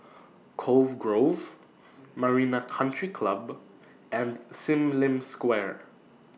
Cove Grove Marina Country Club and SIM Lim Square